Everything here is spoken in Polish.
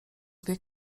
dwie